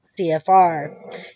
CFR